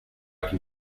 can